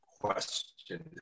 question